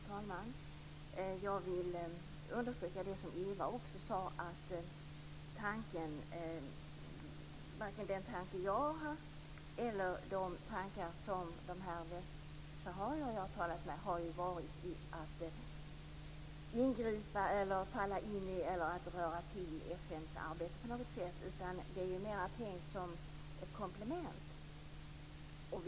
Herr talman! Jag vill understryka det som Eva Zetterberg sade om att varken min tanke eller tanken hos de västsaharier jag talat med har varit att ingripa eller röra till i FN:s arbete på något sätt. Det är mera tänkt som ett komplement.